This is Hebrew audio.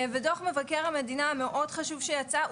דוח מבקר המדינה מאוד חשוב שיצא.